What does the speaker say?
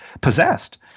possessed